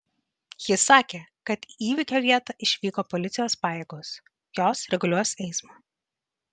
ji sakė kad į įvykio vietą išvyko policijos pajėgos jos reguliuos eismą